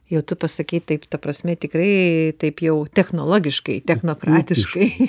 jau tu pasakei taip ta prasme tikrai taip jau technologiškai technokratiškai